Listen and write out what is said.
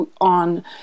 on